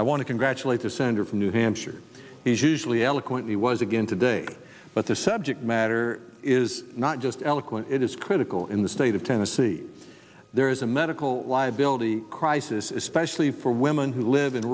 to congratulate a senator from new hampshire he's usually eloquently was again today but the subject matter is not just eloquent it is critical in the state of tennessee there is a medical liability crisis especially for women who live in